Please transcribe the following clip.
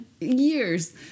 years